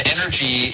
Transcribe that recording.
Energy